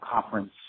conference